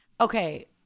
Okay